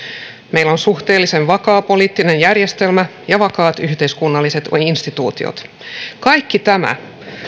meillä on suhteellisen vakaa poliittinen järjestelmä ja vakaat yhteiskunnalliset instituutiot kaikki tämä